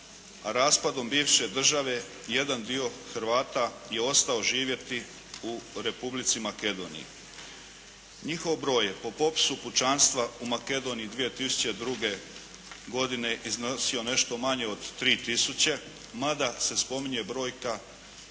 Raspadom bivše države jedan dio Hrvata je ostao živjeti u Republici Makedoniji. Njihov broj je po popisu pučanstva u Makedoniji 2002. godine iznosio nešto manje od 3 tisuće, mada se spominje brojka